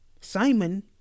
Simon